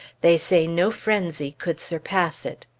they say no frenzy could surpass it.